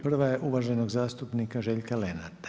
Prva je uvaženog zastupnika Željka Lenarta.